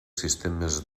sistemes